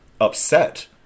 upset